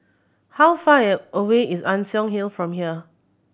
how far is away is Ann Siang Hill from here